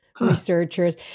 researchers